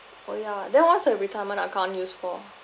oh ya then what's the retirement account used for